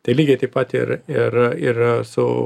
tai lygiai taip pat ir ir ir su